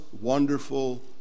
wonderful